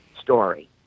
story